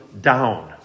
down